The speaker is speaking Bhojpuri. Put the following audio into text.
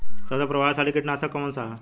सबसे प्रभावशाली कीटनाशक कउन सा ह?